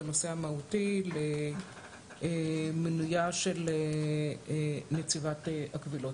לנושא המהותי, למינויה של נציבת הקבילות.